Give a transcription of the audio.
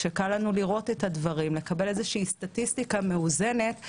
כשקל לנו לראות את הדברים ולקבל את הדברים ולקבל סטטיסטיקה מאוזנת.